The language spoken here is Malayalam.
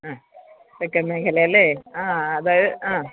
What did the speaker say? അ തെക്കൻ മേഖലയല്ലേ ആ അത് ആ